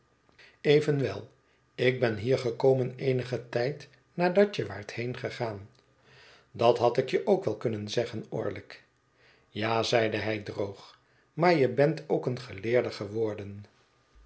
evenwel ik ben hier gekomen eenigen tij d nadat j e waart heengegaan dat had ik je ook wel kunnen zeggen orlick ja zeide hij droog maar je bent ook een geleerde geworden